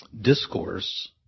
discourse